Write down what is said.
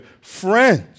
friends